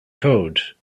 code